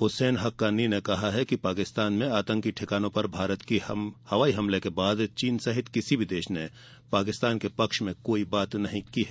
हुसैन हक्कानी ने कहा है कि पाकिस्तान में आतंकी ठिकानों पर भारत के हवाई हमले के बाद चीन समेत किसी भी देश ने पाकिस्तान के पक्ष में नहीं बोला है